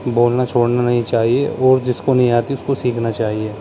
بولنا چھوڑنا نہیں چاہیے اور جس کو نہیں آتی اس کو سیکھنا چاہیے